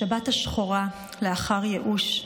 בשבת השחורה לאחר ייאוש,